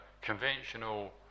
conventional